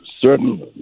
certain